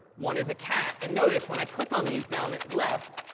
one is a cat. and notice when i click on these down left,